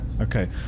Okay